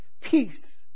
peace